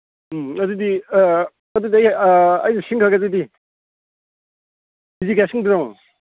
ꯎꯝ ꯑꯗꯨꯗꯤ ꯑꯗꯨꯗꯤ ꯑꯩ ꯁꯤꯡꯒ꯭ꯔꯒꯦ ꯑꯗꯨꯗꯤ ꯀꯦ ꯖꯤ ꯀꯌꯥ ꯁꯤꯡꯗꯣꯏꯅꯣ